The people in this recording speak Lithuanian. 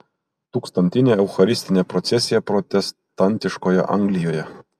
tūkstantinė eucharistinė procesija protestantiškoje anglijoje